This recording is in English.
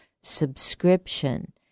subscription